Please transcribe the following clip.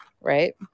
right